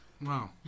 Wow